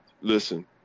listen